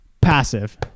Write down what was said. passive